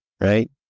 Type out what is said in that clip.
right